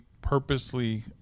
purposely